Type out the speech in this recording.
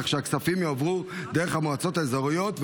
כך שהכספים יועברו דרך המועצות האזוריות,